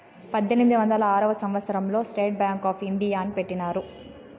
పద్దెనిమిది వందల ఆరవ సంవచ్చరం లో స్టేట్ బ్యాంక్ ఆప్ ఇండియాని పెట్టినారు